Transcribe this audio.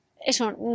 Eso